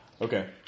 Okay